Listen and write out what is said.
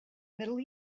middle